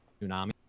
Tsunami